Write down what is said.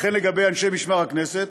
וכן לגבי אנשי משמר הכנסת,